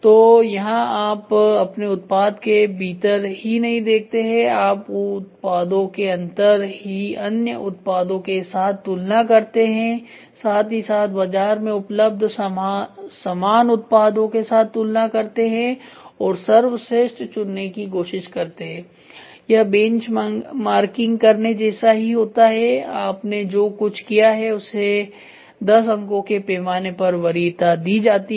तो यहां आप अपने उत्पाद के भीतर ही नहीं देखते है आप उत्पादों के अंदर ही अन्य उत्पादों के साथ तुलना करते है साथ ही साथ बाजार में उपलब्ध समान उत्पादों के साथ तुलना करते हैं और सर्वश्रेष्ठ चुनने की कोशिश करते हैं यह बेंचमार्किंग करने जैसा ही होता है आपने जो कुछ किया है उसे 10 अंकों के पैमाने पर वरीयता दे दी जाती हैं